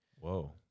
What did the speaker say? Whoa